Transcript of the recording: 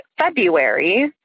February